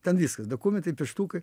ten viskas dokumentai pieštukai